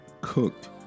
cooked